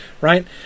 right